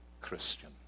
Christian